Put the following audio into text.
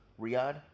Riyadh